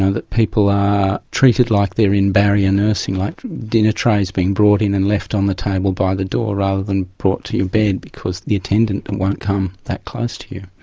know people are treated like they're in barrier nursing, like dinner trays being brought in and left on the table by the door rather than brought to your bed because the attendant and won't come that close to you.